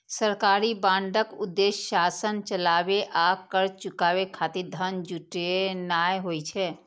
सरकारी बांडक उद्देश्य शासन चलाबै आ कर्ज चुकाबै खातिर धन जुटेनाय होइ छै